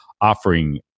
offering